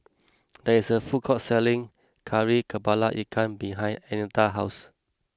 there is a food court selling Kari Kepala Ikan behind Annetta's house